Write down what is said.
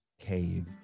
Cave